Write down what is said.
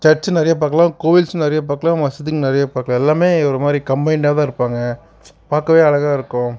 சர்ச்சி நிறைய பார்க்கலாம் கோயில்சு நிறைய பார்க்கலாம் மசூதியும் நிறைய பார்க்கலாம் எல்லாமே ஒரு மாதிரி கம்பைண்டாக தான் இருப்பாங்க பார்க்கவே அழகாக இருக்கும்